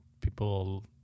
people